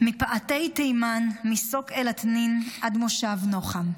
"מפאתי תימן, מסוק אלאת'ניין עד מושב נחם",